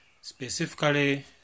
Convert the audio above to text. specifically